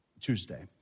Tuesday